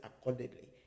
accordingly